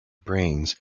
brains